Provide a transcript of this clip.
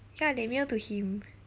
ya they mail to him